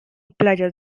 playas